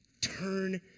Turn